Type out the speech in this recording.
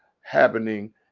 happening